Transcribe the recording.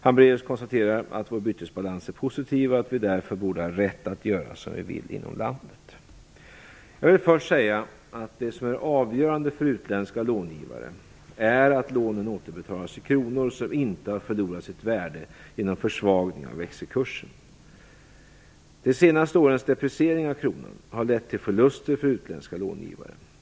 Hambraeus konstaterar att vår bytesbalans är positiv och att vi därför borde ha rätt att göra som vi vill inom landet. Jag vill första säga att det som är avgörande för utländska långivare är att lånen återbetalas i kronor som inte har förlorat sitt värde genom försvagning av växelkursen. De senaste årens depreciering av kronan har lett till förluster för utländska långivare.